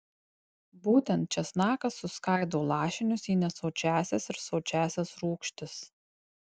būtent česnakas suskaido lašinius į nesočiąsias ir sočiąsias rūgštis